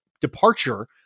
departure